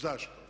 Zašto?